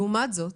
לעומת זאת,